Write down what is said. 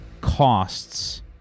costs